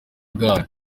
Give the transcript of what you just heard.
bwayo